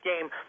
game